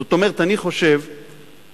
זאת אומרת אני חושב שאנחנו,